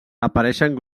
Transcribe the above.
apareixen